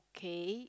okay